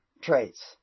traits